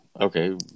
okay